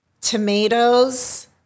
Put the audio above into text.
tomatoes